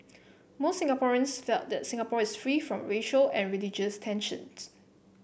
most Singaporeans felt that Singapore is free from racial and religious tensions